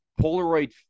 Polaroid